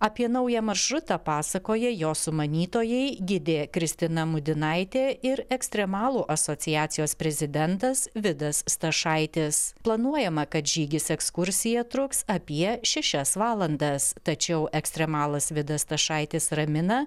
apie naują maršrutą pasakoja jo sumanytojai gidė kristina mudinaitė ir ekstremalų asociacijos prezidentas vidas stašaitis planuojama kad žygis ekskursija truks apie šešias valandas tačiau ekstremalas vidas stašaitis ramina